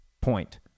point